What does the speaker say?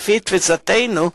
לפי תפיסתנו,